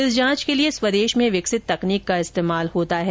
इस जांच के लिए स्वदेश में विकसित तकनीक का इस्तेमाल होता है